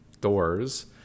doors